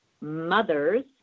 mothers